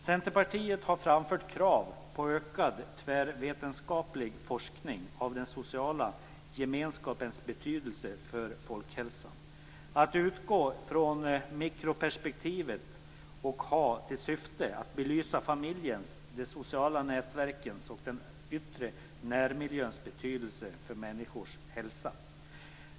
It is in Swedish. Centerpartiet har framfört krav på ökad tvärvetenskaplig forskning om den sociala gemenskapens betydelse för folkhälsan, där man utgår från mikroperspektivet och har syftet att belysa familjens, de sociala nätverkens och den yttre närmiljöns betydelse för människors hälsa.